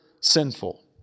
sinful